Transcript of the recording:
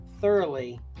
thoroughly